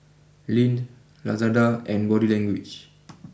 Lindt Lazada and Body Language